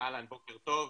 בוקר טוב.